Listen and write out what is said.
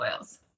oils